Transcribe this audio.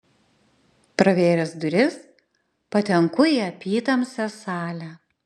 pravėręs duris patenku į apytamsę salę